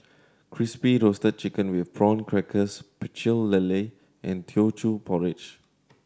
Crispy Roasted Chicken with Prawn Crackers Pecel Lele and Teochew Porridge